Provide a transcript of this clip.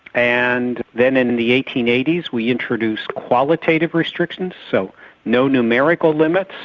and then in in the eighteen eighty s we introduced qualitative restrictions, so no numerical limits,